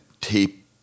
tape